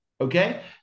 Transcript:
okay